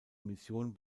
mission